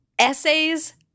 essays